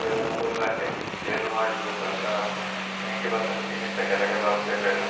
ಎರಡು ಮೂರು ಗಂಟೆ ಯೂಸ್ ಮಾಡಿದರು ಸಹ ಚಾರ್ಜ್ ನೈನ್ಟಿ ಪರ್ಸೆಂಟ್ಗಿಂತ ಕೆಳಗೆ ಬರ್ತಿರಲಿಲ್ಲ